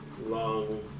long